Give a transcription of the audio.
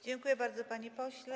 Dziękuję bardzo, panie pośle.